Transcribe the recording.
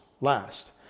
last